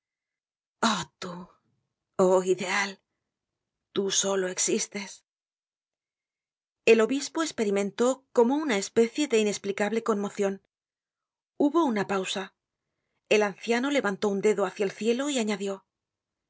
oh ideal tú solo existes el obispo esperimentó como una especie de inesplicable conmocion hubo una pausa el anciano levantó un dedo hácia el cielo y añadió